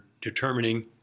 determining